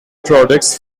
products